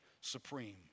supreme